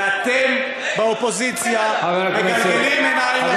ואתם באופוזיציה מגלגלים עיניים לשמים,